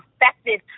effective